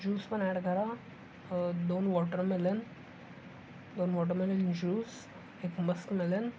juice पण add करा दोन वॉटर मेलन दोन वॉटर मेलन ज्यूस एक मस्क मेलन